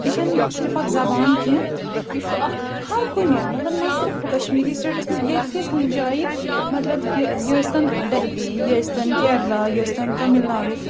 یہِ چھَنہٕ صرف اَکھ زَبان کیٚنٛہہ یہِ چھُ اَکھ ہَرٕ کُنہِ مطلب نَہ صرف کَشمیٖری سٕٹیٹَس منٛز ییٚتہِ تہِ کُنہِ جایہِ مطلب یہِ یہِ ٲسۍ تَن ڈہلی یہِ ٲسۍ تَن کیرلا یہِ ٲسۍ تَن تٔمِل ناڈوٗ